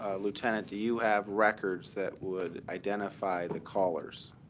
lieutenant, do you have records that would identify the callers?